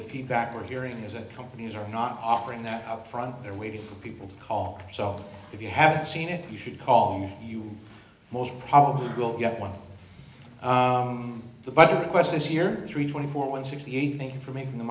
the feedback we're hearing is that companies are not offering that up front they're waiting for people to call so if you haven't seen it you should call me you most probably will get one of the budget requests this year three twenty four one sixty eight thank you for making the